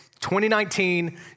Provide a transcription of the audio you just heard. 2019